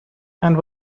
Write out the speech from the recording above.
and